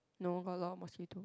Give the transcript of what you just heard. no got a lot mosquitoes